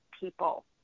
people